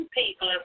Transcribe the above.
people